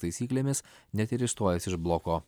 taisyklėmis net ir išstojus iš bloko